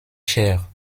chères